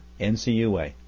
NCUA